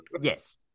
Yes